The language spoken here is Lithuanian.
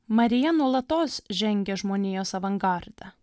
marija nuolatos žengia žmonijos avangarde